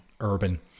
urban